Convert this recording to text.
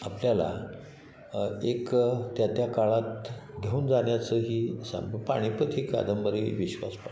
आपल्याला एक त्या त्या काळात घेऊन जाण्याचंही सांग पानिपत ही कादंबरी विश्वास